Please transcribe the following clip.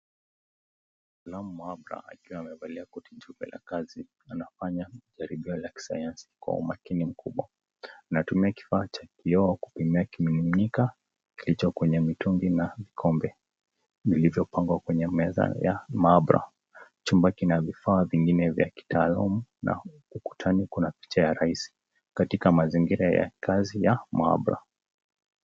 Mwanume mmoja akiwa amevalia koti jipya la kazi, anafanya jaribio la kisayansi kwa umakini mkubwa, anatumia kifaa cha kioo hicho kwenye mitungi na kikombe vilivyo pangwa kwenye meza ya maabara chumba kina vifaa vingine vya kitaalam na ukutani kuna ukitani kuna picha ya rais, katika mazingira ya kazi ya maabara.